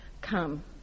come